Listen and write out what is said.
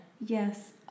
Yes